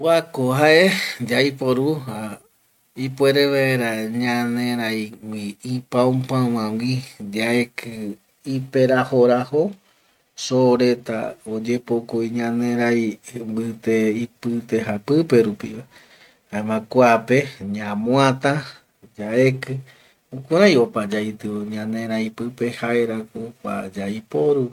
Kuako jae yaiporu ipuere vaera ñaneraigui, ipaupauägui yaeki iperajo rajo soo reta oyepokoi ñanerai mbite japipe rupiva, jaema kuape ñamuata yaeki jukurai opa yaitio ñanerai pipe, jaerako kua yaiporu